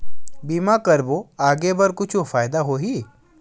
बीमा करबो आगे बर कुछु फ़ायदा होही?